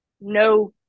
no